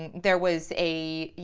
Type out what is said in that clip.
and there was a, you